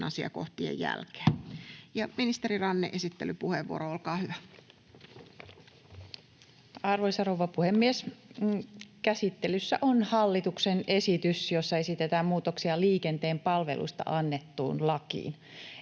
annetun lain muuttamisesta Time: 18:53 Content: Arvoisa rouva puhemies! Käsittelyssä on hallituksen esitys, jossa esitetään muutoksia liikenteen palveluista annettuun lakiin.